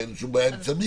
שאין להן שום בעיה עם צמיד.